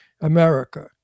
america